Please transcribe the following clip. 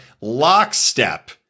lockstep